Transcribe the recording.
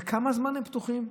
וכמה זמן הם פתוחים?